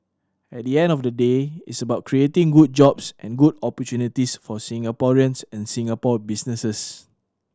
at the end of the day it's about creating good jobs and good opportunities for Singaporeans and Singapore businesses